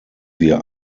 wir